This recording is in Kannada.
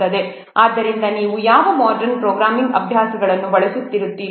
ಆದ್ದರಿಂದ ನೀವು ಯಾವ ಮೊಡರ್ನ್ ಪ್ರೋಗ್ರಾಮಿಂಗ್ ಅಭ್ಯಾಸಗಳನ್ನು ಬಳಸುತ್ತಿರುವಿರಿ